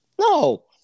no